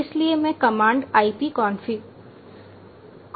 इसलिए मैं command IP config देता हूं